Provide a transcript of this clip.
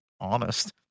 honest